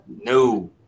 No